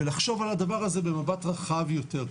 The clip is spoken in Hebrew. ולחשוב על הדבר הזה במבט רחב יותר.